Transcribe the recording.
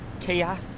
chaos